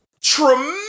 Tremendous